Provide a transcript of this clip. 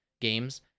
games